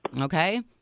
Okay